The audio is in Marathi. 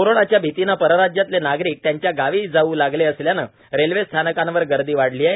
कोरोनाच्या भितीनं परराज्यातले नागरिक त्यांच्या गावी जाऊ लागले असल्यानं रेल्वे स्थानकांवर गर्दी वाढली आहे